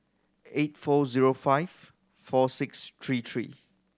eight four zero five four six three three